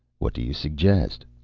what do you suggest?